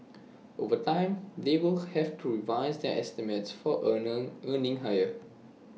over time they will have to revise their estimates for earner earnings higher